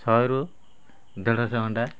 ଶହେରୁ ଦେଢ଼ଶହ ଅଣ୍ଡା